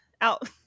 out